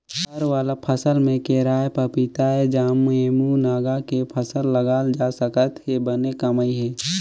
फर वाला फसल में केराएपपीताएजामएमूनगा के फसल लगाल जा सकत हे बने कमई हे